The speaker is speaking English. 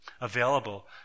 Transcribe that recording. available